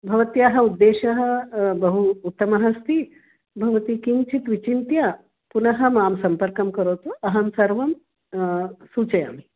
भवत्याः उद्देशः बहु उत्तमः अस्ति भवती किञ्चित् विचिन्त्य पुनः मां सम्पर्कं करोतु अहं सर्वं सूचयामि